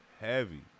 Heavy